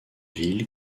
ville